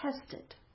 tested